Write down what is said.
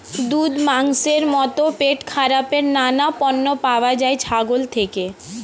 দুধ, মাংসের মতো পেটখারাপের নানান পণ্য পাওয়া যায় ছাগল থেকে